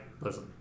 Listen